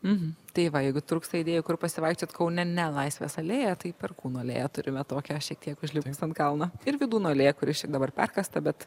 hm tai va jeigu trūksta idėjų kur pasivaikščiot kaune ne laisvės alėja tai perkūno alėją turime tokią šiek tiek užlipus an kalno ir vydūno alėja kuri šiaip dabar perkasta bet